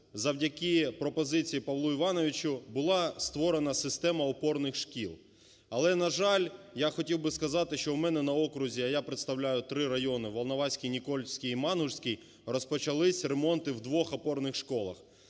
завдяки пропозиції Павла Івановича, була створена система опорних шкіл. Але, на жаль, я хотів би сказати, що в мене на окрузі, а я представляю три райони – Волноваський, Нікольський і Мангушський, розпочались ремонти в двох опорних школах.